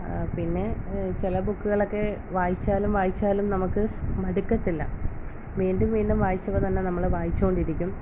പിന്നെ ചില ബുക്കുകളൊക്കെ വായിച്ചാലും വായിച്ചാലും നമുക്ക് മടുക്കത്തില്ല വീണ്ടും വീണ്ടും വായിച്ചവതന്നെ നമ്മൾ വായിച്ചോണ്ടിരിക്കും